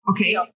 Okay